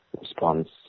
response